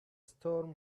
storm